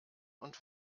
und